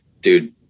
dude